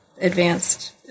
advanced